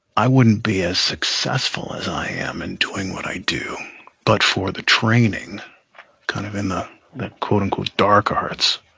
i wouldn't be as successful as i am and doing what i do but for the training kind of in the the quote, unquote, dark arts,